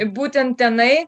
būtent tenai